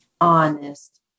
honest